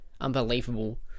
unbelievable